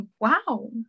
wow